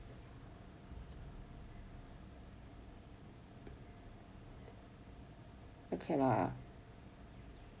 okay lah